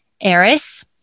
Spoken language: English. Eris